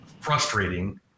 frustrating